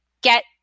get